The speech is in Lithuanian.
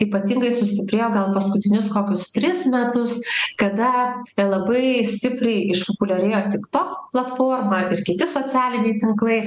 ypatingai sustiprėjo gal paskutinius kokius tris metus kada labai stipriai išpopuliarėjo tik tok platforma ir kiti socialiniai tinklai